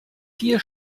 vier